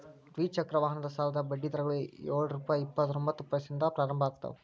ದ್ವಿಚಕ್ರ ವಾಹನದ ಸಾಲದ ಬಡ್ಡಿ ದರಗಳು ಯೊಳ್ ರುಪೆ ಇಪ್ಪತ್ತರೊಬಂತ್ತ ಪೈಸೆದಿಂದ ಪ್ರಾರಂಭ ಆಗ್ತಾವ